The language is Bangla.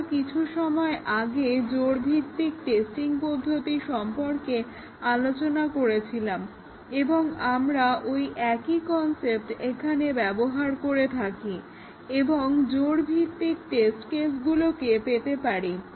আমরা কিছু সময় আগে জোড়ভিত্তিক টেস্টিং পদ্ধতি সম্পর্কে আলোচনা করেছিলাম এবং আমরা ওই একই কনসেপ্ট এখানে ব্যবহার করতে পারি এবং জোড়ভিত্তিক টেস্ট কেসগুলোকে পেতে পারি